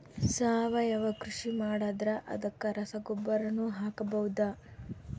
ಸಾವಯವ ಕೃಷಿ ಮಾಡದ್ರ ಅದಕ್ಕೆ ರಸಗೊಬ್ಬರನು ಹಾಕಬಹುದಾ?